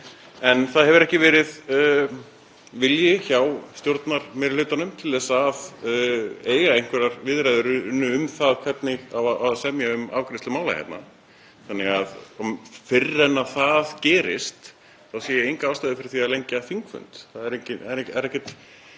En það hefur ekki verið vilji hjá stjórnarmeirihlutanum til að eiga einhverjar viðræður um það hvernig á að semja um afgreiðslu mála hérna, þannig að fyrr en það gerist þá sé ég enga ástæðu fyrir því að lengja þingfund. Það er engin